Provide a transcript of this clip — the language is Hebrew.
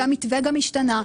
שהמתווה גם השתנה,